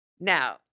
Now